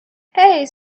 hey